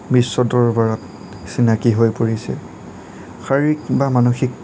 বিশ্ব দৰবাৰত চিনাকি হৈ পৰিছে শাৰীৰিক বা মানসিক